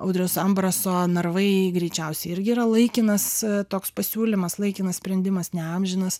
audriaus ambraso narvai greičiausiai irgi yra laikinas toks pasiūlymas laikinas sprendimas ne amžinas